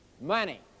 money